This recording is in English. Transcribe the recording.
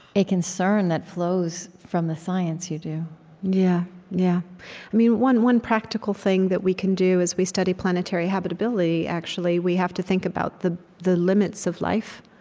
a concern, that flows from the science you do yeah yeah one one practical thing that we can do is, we study planetary habitability, actually. we have to think about the the limits of life.